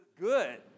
good